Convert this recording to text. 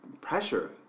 pressure